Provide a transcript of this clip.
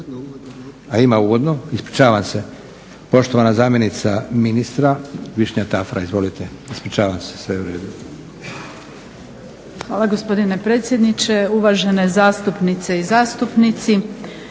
Ima uvodno, ispričavam se. Poštovana zamjenica ministra Višnja Tafra. Izvolite. **Tafra,